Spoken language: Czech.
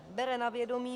Bere na vědomí: